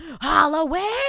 Halloween